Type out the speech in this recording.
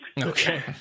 Okay